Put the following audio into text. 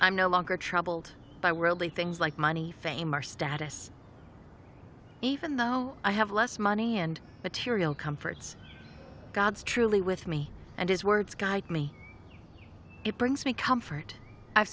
i'm no longer troubled by worldly things like money fame or status even though i have less money and material comforts god's truly with me and his words guide me it brings me comfort